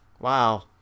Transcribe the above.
Wow